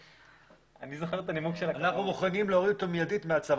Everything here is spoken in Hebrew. אנחנו מוכנים להוריד אותו מיידית מצו.